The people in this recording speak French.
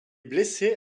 blessé